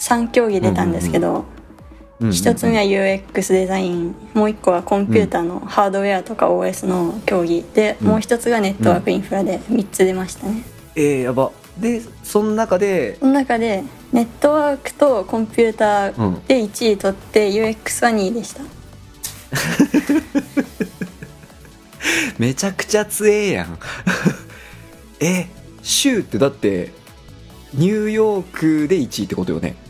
三競技出たんですけど、うんうんうん。一つ目はUXデザイン、うんうんうん。もう一個はコンピューターのハードウェアとかOSの競技。うん。で、もう一つがネットワークインフラで三つ出ましたね。うん。うん。えー、やば。で、その中で。その中でネットワークとコンピューターうん。で一位取って、UXは二位でした。 めちゃくちゃ強えやん。 え、州ってだってニューヨークで一位ってことよね？